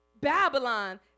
Babylon